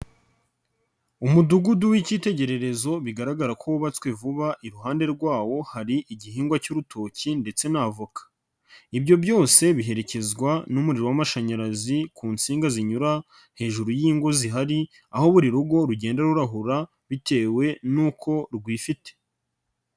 Umudugudu w'icyitegererezo bigaragara ko wubatswe vuba iruhande rwawo hari igihingwa cy'urutoki ndetse n' avoka, ibyo byose biherekezwa n'umuriro w'amashanyarazi ku nsinga zinyura hejuru y'ingo zihari, aho buri rugo rugenda rurahura bitewe n'uko rwifite.